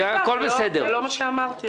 זה לא מה שאמרתי.